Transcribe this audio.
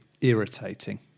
irritating